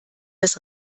des